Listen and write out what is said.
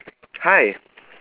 hi